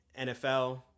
NFL